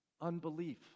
unbelief